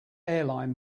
airlines